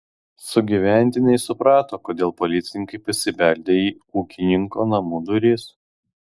sugyventiniai suprato kodėl policininkai pasibeldė į ūkininko namų duris